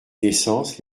naissances